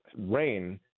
rain